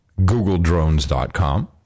googledrones.com